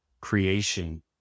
creation